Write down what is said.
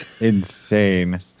Insane